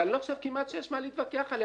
ואני לא חושב שיש כמעט מה להתווכח עליה.